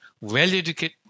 well-educated